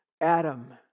Adam